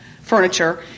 furniture